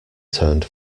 turned